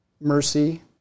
mercy